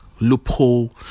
loophole